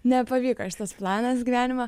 nepavyko šitas planas gyvenimo